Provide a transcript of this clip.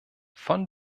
von